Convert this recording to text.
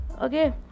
okay